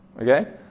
Okay